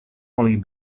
only